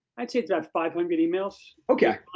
i'd say it's about five hundred emails. okay.